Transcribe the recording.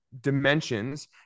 dimensions